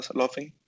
laughing